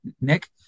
Nick